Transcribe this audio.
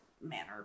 manner